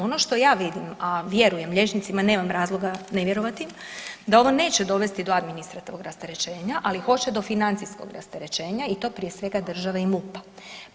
Ovo što ja vidim, a vjerujem liječnicima, nema razloga ne vjerovati, da ovo neće dovesti do administrativnog rasterećenja, ali hoće do financijskog rasterećenja i to prije svega države i MUP-a.